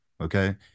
okay